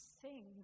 sing